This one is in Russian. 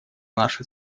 наше